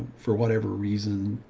for whatever reason,